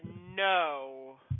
No